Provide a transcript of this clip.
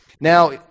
Now